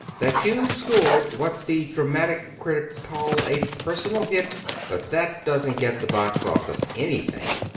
that you've scored what the dramatic critics call a personal hit but that doesn't get the box office anything.